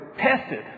tested